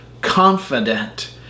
confident